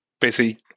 busy